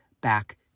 back